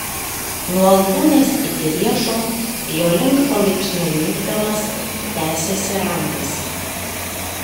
nuo alkūnės iki riešo jo link palaipsniui nykdamas tęsėsi randas